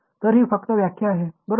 तर ही फक्त व्याख्या आहे बरोबर